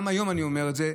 גם היום אני אומר את זה,